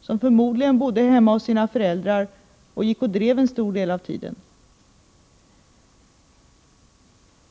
som förmodligen bodde hemma hos sina föräldrar och gick och drev en stor del av tiden.